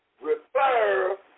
refer